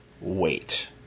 Wait